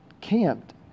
camped